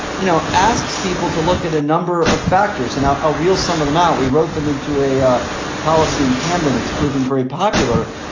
you know, asks people to look at a number of factors and how a real some of them out. he wrote them into a a policy in camden. it's proven very popular.